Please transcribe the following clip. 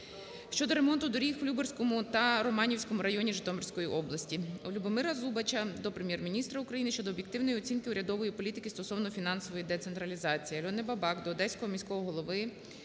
щодо ремонту доріг в Любарському та Романівському районі Житомирської області. ЛюбомираЗубача до Прем'єр-міністра України щодо об'єктивної оцінки урядової політики стосовно фінансової децентралізації.